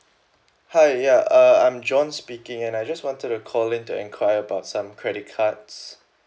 hi ya uh I'm john speaking and I just wanted to call in to enquire about some credit cards